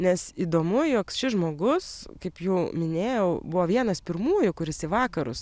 nes įdomu jog šis žmogus kaip jau minėjau buvo vienas pirmųjų kuris į vakarus